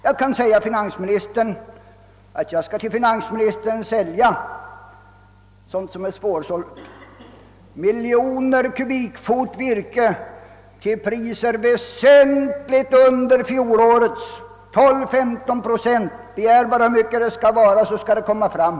Jag skulle till finansministern av det virke, som vi har svårigheter att avsätta, kunna sälja miljoner kubikfot till priser väsentligt under fjolårets, 12— 15 procent lägre. Om finansministern bara anger hur mycket det skall vara, så skall det komma fram.